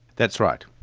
that's right.